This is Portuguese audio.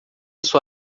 sua